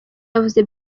yavuze